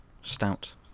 Stout